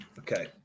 okay